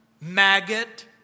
Maggot